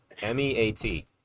M-E-A-T